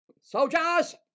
Soldiers